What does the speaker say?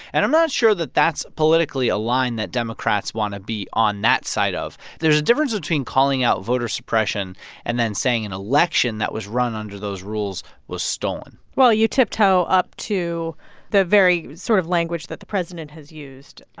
and i'm not sure that that's politically a line that democrats want to be on that side of. there's a difference between calling out voter suppression and then saying an election that was run under those rules was stolen well, you tiptoe up to the very sort of language that the president has used,